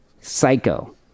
psycho